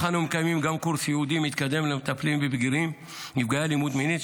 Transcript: אנו מקיימים גם קורס ייעודי מתקדם למטפלים בבגירים נפגעי אלימות מינית,